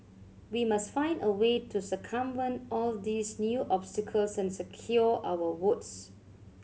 we must find a way to circumvent all these new obstacles and secure our votes